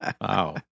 Wow